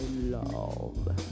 love